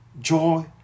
Joy